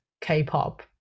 K-pop